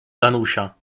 danusia